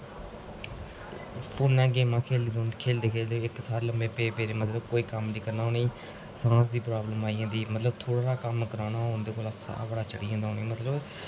फोने च गेमां खेढदे खेढदे इक थाह्र लम्मे पेदे पेदे मतलब कोई कम्म नेईं करना उ'नेंगी सांस दी प्राब्लम आई जंदी इन्ना सारा कम्म कराना होऐ ते उ'नेंगी साह् चढ़ी जंदा उ'नेंगी मतलब